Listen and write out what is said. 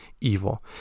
evil